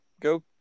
go